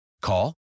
Call